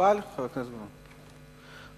חבר הכנסת גילאון, מקובל?